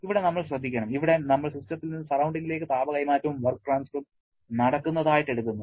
ഇവിടെ നമ്മൾ ശ്രദ്ധിക്കണം ഇവിടെ നമ്മൾ സിസ്റ്റത്തിൽ നിന്ന് സറൌണ്ടിങ്ങിലേക്ക് താപ കൈമാറ്റവും വർക്ക് ട്രാൻസ്ഫറും നടക്കുന്നതായിട്ട് എടുക്കുന്നു